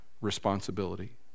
responsibility